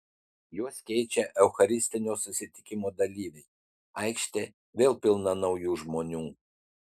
juos keičia eucharistinio susitikimo dalyviai aikštė vėl pilna naujų žmonių